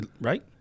Right